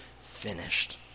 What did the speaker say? finished